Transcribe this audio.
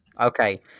Okay